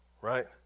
right